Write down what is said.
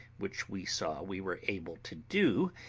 which we saw we were able to do,